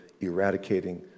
eradicating